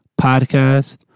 podcast